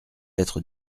être